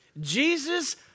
Jesus